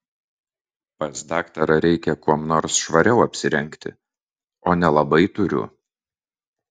pas daktarą reikia kuom nors švariau apsirengti o nelabai turiu